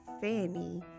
Fanny